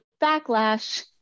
backlash